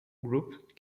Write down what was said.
group